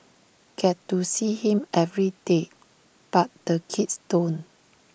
get to see him every day but the kids don't